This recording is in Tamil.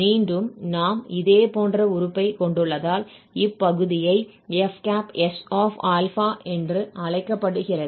மீண்டும் நாம் இதேபோன்ற உறுப்பைக் கொண்டுள்ளதால் இப்பகுதியை fs∝ என்று அழைக்கப்படுகிறது